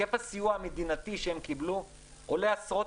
היקף הסיוע המדינתי שהם קיבלו עולה עשרות